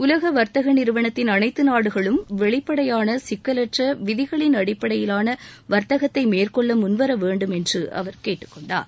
உலக வர்த்தக நிறுவனத்தின் அனைத்து நாடுகளும் வெளிப்படையான சிக்கலற்ற விதிகளின் அடிப்படையிலான வர்த்தகத்தை மேற்கொள்ள முன்வரவேண்டும் என்று அவர் கேட்டுக் கொண்டார்